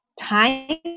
time